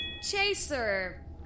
Chaser